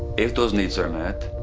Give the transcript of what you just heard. if those needs are met,